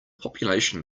population